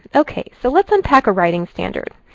ok. so let's unpack a writing standard.